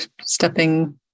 stepping